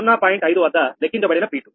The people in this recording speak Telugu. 5 వద్ద లెక్కించబడిన P2